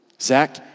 Zach